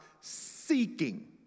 seeking